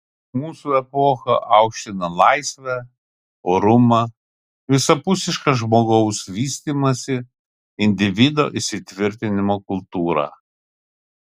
mūsų epocha aukština laisvę orumą visapusišką žmogaus vystymąsi individo įsitvirtinimo kultūrą